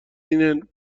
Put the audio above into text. اینه